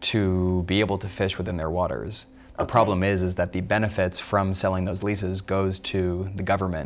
to be able to fish within their waters the problem is that the benefits from selling those leases goes to the government